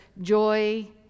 joy